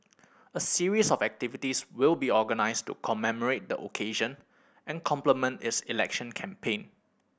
a series of activities will be organised to commemorate the occasion and complement its election campaign